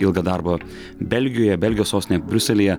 ilgą darbo belgijoje belgijos sostinėje briuselyje